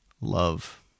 love